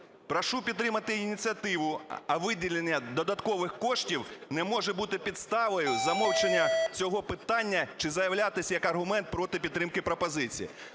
Прошу підтримати ініціативу, а виділення додаткових коштів не може бути підставою замовчення цього питання чи заявлятись як аргумент проти підтримки пропозиції.